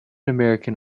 american